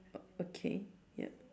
okay ya